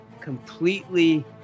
completely